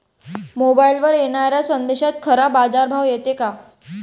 मोबाईलवर येनाऱ्या संदेशात खरा बाजारभाव येते का?